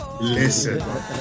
Listen